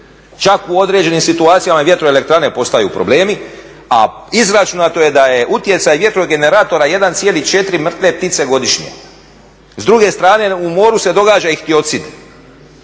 Čak u određenim situacijama i vjetroelektrane postaju problemi, a izračunato je da je utjecaj vjetrogeneratora 1,4 mrtve ptice godišnje. S druge strane u moru se događa ehtiocid,